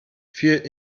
viel